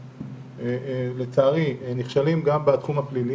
מהם, לצערי, נכשלים גם בתחום הפלילי,